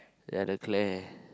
ya the Claire